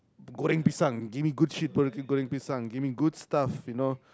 goreng pisang give me good shit quality goreng pisang give me good stuff you know